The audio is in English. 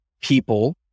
people